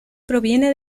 proviene